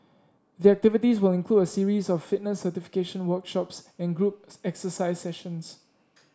the activities will include a series of fitness certification workshops and group exercise sessions